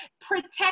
protect